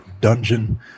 dungeon